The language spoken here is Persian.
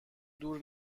دور